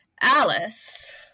Alice